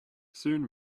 soon